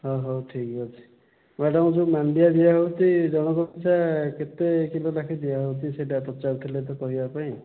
ହଁ ହଉ ଠିକ୍ ଅଛି ମ୍ୟାଡ଼ାମ୍ ଯେଉଁ ମାଣ୍ଡିଆ ଦିଆହେଉଛି ଜଣକ ପିଛା କେତେ କିଲୋ ଲେଖାଏଁ ଦିଆହେଉଛି ସେଇଟା ପଚାରୁଥିଲେ ତ କହିବାପାଇଁ